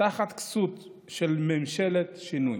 תחת כסות של ממשלת שינוי.